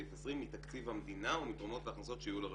סעיף 20 מתקציב המדינה ומתרומות והכנסות שיהיו לרשות.